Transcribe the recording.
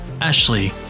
Ashley